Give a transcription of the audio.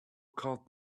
caught